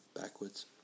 backwards